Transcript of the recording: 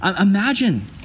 Imagine